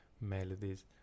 melodies